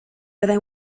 fyddai